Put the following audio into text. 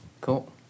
Cool